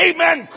Amen